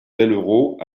bellerots